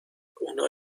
اونا